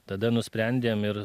tada nusprendėm ir